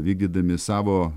vykdydami savo